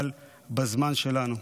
אבל בזמן שלנו.